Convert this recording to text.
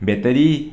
battery